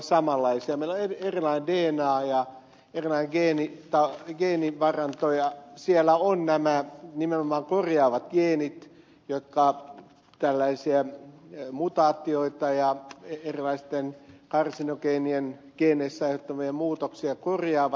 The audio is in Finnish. meillä on erilainen dna ja erilainen geenivaranto ja siellä on nimenomaan nämä korjaavat geenit jotka tällaisia mutaatioita ja erilaisten karsinogeenien geeneissä aiheuttamia muutoksia korjaavat